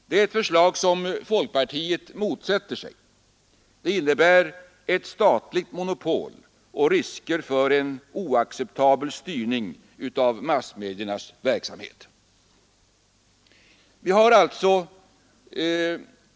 Det är ett förslag som folkpartiet motsätter sig — det innebär ett statligt monopol och risker för en oacceptabel styrning av massmediernas verksamhet.